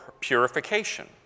purification